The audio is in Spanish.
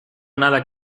nada